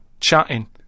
chatting